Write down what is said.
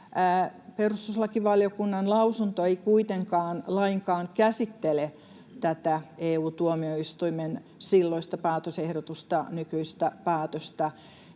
Perustuslakivaliokunnan lausunto ei kuitenkaan lainkaan käsittele tätä EU-tuomioistuimen silloista päätösehdotusta, nykyistä päätöstä,